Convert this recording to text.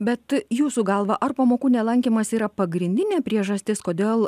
bet jūsų galva ar pamokų nelankymas yra pagrindinė priežastis kodėl